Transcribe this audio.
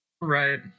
Right